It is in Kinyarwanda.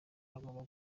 agomba